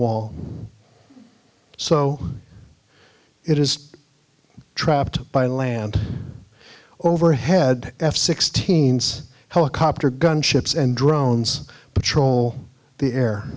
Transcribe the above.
wall so it is trapped by land overhead f sixteen s helicopter gunships and drones but troll the air